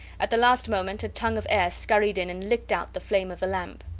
at the last moment a tongue of air scurried in and licked out the flame of the lamp.